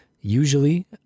usually